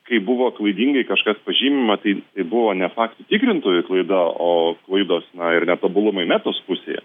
kai buvo klaidingai kažkas pažymima tai tai buvo ne faktų tikrintojų klaida o klaidos ir netobulumai metos pusėje